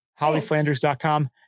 hollyflanders.com